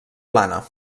plana